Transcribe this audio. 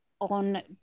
On